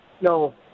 no